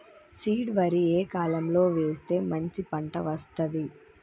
Seed వరి ఏ కాలం లో వేస్తే మంచి పంట వస్తది?